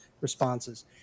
responses